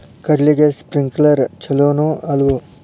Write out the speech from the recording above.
ಕಡ್ಲಿಗೆ ಸ್ಪ್ರಿಂಕ್ಲರ್ ಛಲೋನೋ ಅಲ್ವೋ?